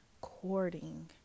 courting